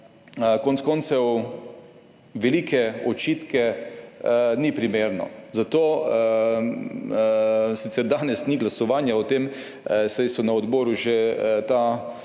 konec koncev velike očitke ni primerno. Sicer danes ni glasovanja o tem, saj so na odboru že te